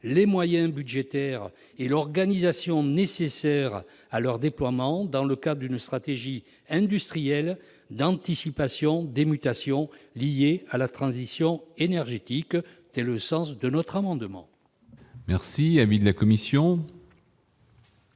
les moyens budgétaires et l'organisation nécessaires à leur déploiement dans le cas d'une stratégie industrielle d'anticipation des mutations liées à la transition énergétique. » Quel est l'avis de